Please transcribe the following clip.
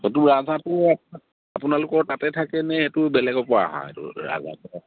সেইটো ৰাজাহাঁহটোও আপোনালোকৰ তাতে থাকে নে এইটো বেলেগৰপৰা অহা এইটো ৰাজহাঁহটো